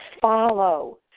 follow